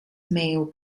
male